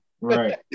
right